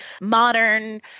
modern